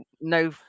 no